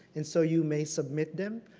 and so you may submit them.